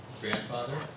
grandfather